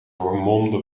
vermolmde